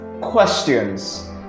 questions